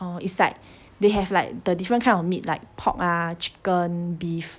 oh it's like they have like the different kind of meat like pork ah chicken beef